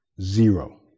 Zero